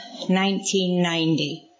1990